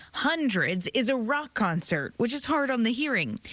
hundreds is a rock concert, which is hard on the hearing.